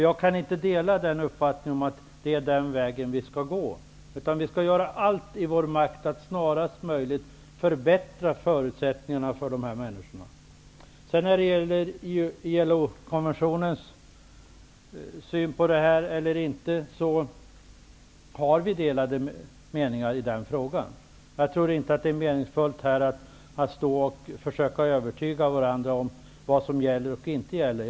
Jag kan inte dela uppfattningen att det är den vägen vi skall gå. Vi skall göra allt som står i vår makt att snarast möjligt förbättra förutsättningarna för dessa människor. När det gäller ILO-konventionen har vi delade meningar. Jag tror inte det är meningsfullt att vi här försöker övertyga varandra om vad som gäller och inte gäller.